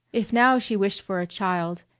if now she wished for a child,